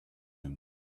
him